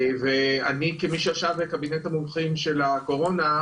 ואני כמי שישב בקבינט המומחים של הקורונה,